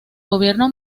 gobierno